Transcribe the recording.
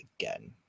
again